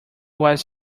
was